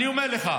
אני אומר לך,